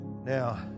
Now